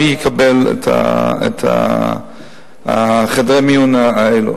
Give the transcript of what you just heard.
מי יקבל את חדרי המיון האלה.